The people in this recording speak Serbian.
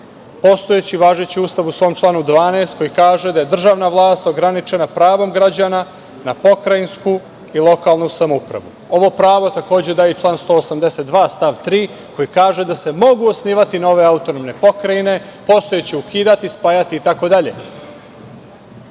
postojeći i važeći, u svom članu 12, koji kaže da je državna vlast ograničena pravom građana na pokrajinsku i lokalnu samoupravu. Ovo pravo takođe daje i član 182. stav 3, koji kaže da se mogu osnivati nove autonomne pokrajine, postojeće ukidati, spajati,